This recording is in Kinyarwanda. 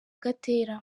gatera